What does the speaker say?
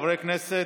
חברי הכנסת.